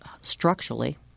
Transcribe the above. structurally—